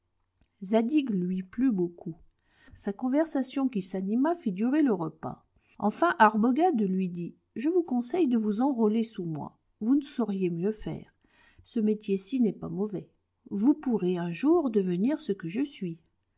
lui plut beaucoup sa conversation qui s'anima fit durer le repas enfin arbogad lui dit je vous conseille de vous enrôler sous moi vous ne sauriez mieux faire ce métier ci n'est pas mauvais vous pourrez un jour devenir ce que je suis